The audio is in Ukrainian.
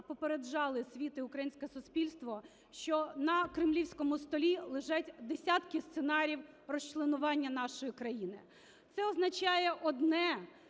а попереджали світ і українське суспільство, що на кремлівському столі лежать десятки сценаріїв розчленування нашої країни. Це означає одне: